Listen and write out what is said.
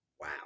Wow